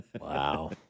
Wow